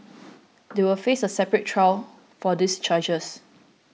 they will face a separate trial for these charges